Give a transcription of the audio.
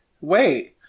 wait